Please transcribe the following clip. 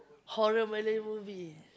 horror Malay movie